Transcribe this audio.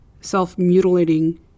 self-mutilating